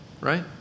right